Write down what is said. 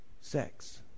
sex